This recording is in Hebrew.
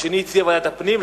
השני הציע ועדת הפנים,